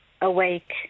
awake